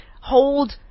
hold